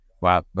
Wow